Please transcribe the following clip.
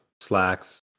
slacks